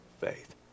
faith